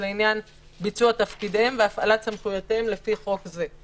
לעניין ביצוע תפקידיהם והפעלת סמכויותיהם לפי חוק זה,